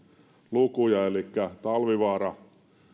lukuja elikkä talvivaaralle määrättiin